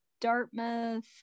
Dartmouth